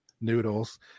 noodles